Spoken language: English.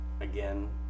again